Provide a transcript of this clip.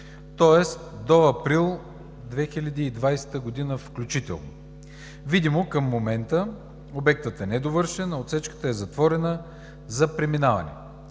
тоест до април 2020 г. включително. Видимо към момента обектът е недовършен, а отсечката е затворена за преминаване.